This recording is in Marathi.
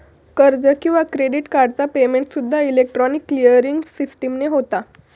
कर्ज किंवा क्रेडिट कार्डचा पेमेंटसूद्दा इलेक्ट्रॉनिक क्लिअरिंग सिस्टीमने होता